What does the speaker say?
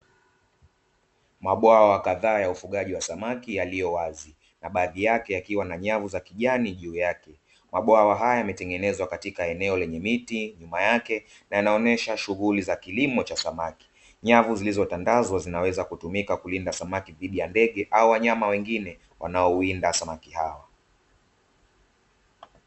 Mabwawa kadhaa ya ufugaji wa samaki yaliyo wazi na baadhi yake yakiwa na nyavu za kijani juu yake. Mabwawa haya yametengenezwa katika eneo lenye miti nyuma yake na yanaonesha shughuli za kilimo cha samaki. Nyavu zilizotandazwa zinaweza kutumika kulinda samaki dhidi ya ndege au wanyama wengine wanao winda samaki hao.